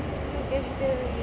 is together already